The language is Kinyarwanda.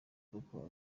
kuko